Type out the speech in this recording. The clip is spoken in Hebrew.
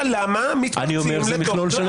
למה מתפרצים --- זה מכלול שלם של חקיקה.